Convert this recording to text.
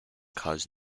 caused